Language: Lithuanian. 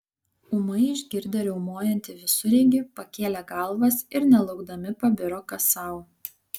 ūmai išgirdę riaumojantį visureigį pakėlė galvas ir nelaukdami pabiro kas sau